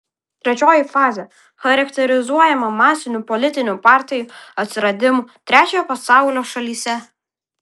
trečioji fazė charakterizuojama masinių politinių partijų atsiradimu trečiojo pasaulio šalyse